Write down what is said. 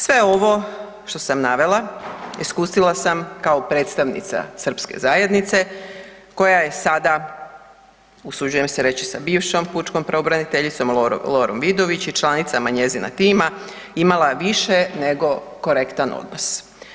Sve ovo što sam navela iskusila sam kao predstavnica srpske zajednice koja je sada, usuđujem se reći sa bivšom pučkom pravobraniteljicom Lorom Vidović i članicama njezina tima imala više nego korektan odnos.